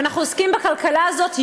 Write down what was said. ואנחנו עוסקים בכלכלה הזאת יום-יום,